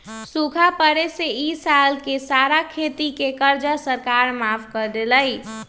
सूखा पड़े से ई साल के सारा खेती के कर्जा सरकार माफ कर देलई